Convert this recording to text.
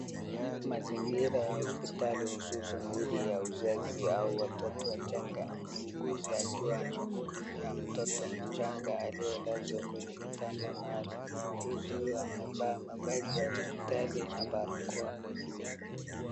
Mzingira ya hospitali hususan wodi ya uzazi au watoto wachanga. Muuguzi akiwa anamhudumia mtoto mchanga aliyelazwa kwenye kitanda maalum. Muuguzi huyo amevaa mavazi ya hospitali na barakoa.